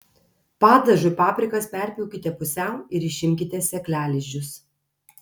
padažui paprikas perpjaukite pusiau ir išimkite sėklalizdžius